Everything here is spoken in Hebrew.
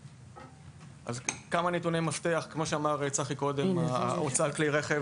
קודם כל כמה נתוני מפתח: ההוצאה על כלי הרכב